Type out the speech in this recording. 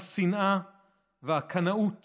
השנאה והקנאות